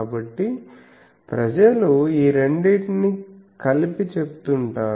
కాబట్టి ప్రజలు ఈ రెండింటినీ కలిపి చెప్తుంటారు